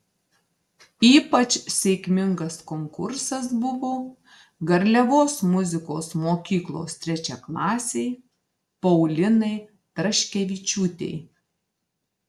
ypač sėkmingas konkursas buvo garliavos muzikos mokyklos trečiaklasei paulinai traškevičiūtei